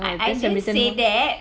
I I didn't say that